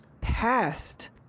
past